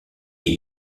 est